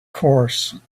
course